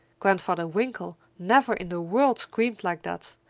grandfather winkle never in the world screamed like that,